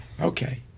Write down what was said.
Okay